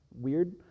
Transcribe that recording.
weird